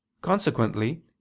Consequently